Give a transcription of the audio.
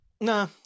Nah